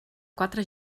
quatre